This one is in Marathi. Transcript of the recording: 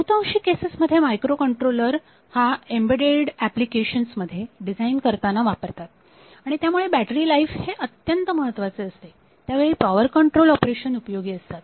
बहुतांशी केसेस मध्ये मायक्रोकंट्रोलर हा एम्बेड्डेड ऍप्लिकेशन्स मध्ये डिझाईन करताना वापरतात आणि त्यावेळी बॅटरी लाइफ हे अत्यंत महत्त्वाचे असते त्यावेळी पॉवर कंट्रोल ऑपरेशन उपयोगी ठरतात